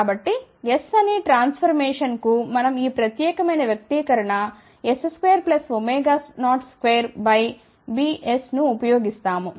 కాబట్టిs అనే ట్రాన్ఫర్మేషన్ కు మనం ఈ ప్రత్యేకమైన వ్యక్తీకరణ s202Bs నుఉపయోగిస్తాము